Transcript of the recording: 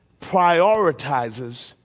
Prioritizes